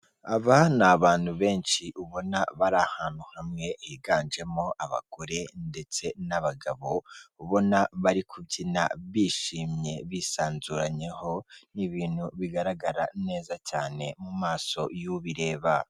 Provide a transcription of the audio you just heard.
Aba ni abantu benshi ubona bari ahantu hamwe higanjemo abagore ndetse n'abagabo ubona bari kubyina bishimye bisanzuranyeho ni ibintu bigaragara neza cyane mu maso y'ubireba.